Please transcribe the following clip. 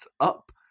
up